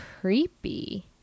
creepy